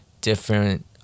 different